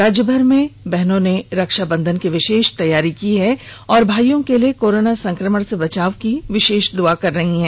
राज्य भर में कई बहनों ने रक्षा बंधन की विशेष तैयारी की है और भाईयों के लिए कोरोना संक्रमण से बचाव के लिए विशेष दुआ कर रही हैं